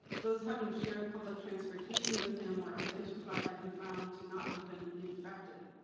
those having shared public transportation with him were identified and found to not have been and infected.